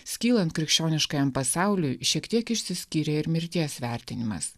skylant krikščioniškajam pasauliui šiek tiek išsiskyrė ir mirties vertinimas